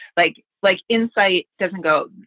like like insight doesn't go.